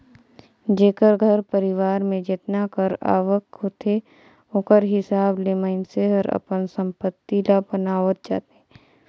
जेकर घर परिवार में जेतना कर आवक होथे ओकर हिसाब ले मइनसे हर अपन संपत्ति ल बनावत जाथे